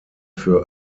für